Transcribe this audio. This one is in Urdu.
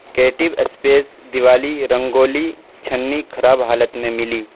کیٹیو اسپیس دیوالی رنگولی چھنی خراب حالت میں ملی